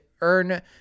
earn